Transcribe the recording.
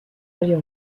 aller